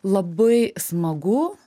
labai smagu